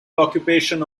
occupation